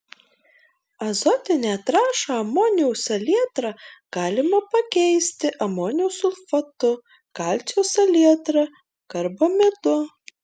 azotinę trąšą amonio salietrą galima pakeisti amonio sulfatu kalcio salietra karbamidu